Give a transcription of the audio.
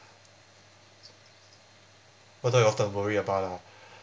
what do I often worry about ah